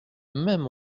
même